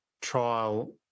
trial